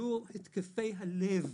שיעור התקפי הלב